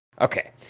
Okay